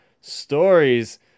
stories